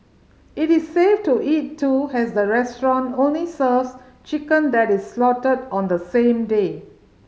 it is safe to eat too has the restaurant only serves chicken that is slaughtered on the same day